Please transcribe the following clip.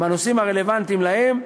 בנושאים הרלוונטיים להם,